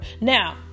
Now